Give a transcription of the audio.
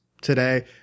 today